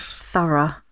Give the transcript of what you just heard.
thorough